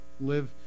live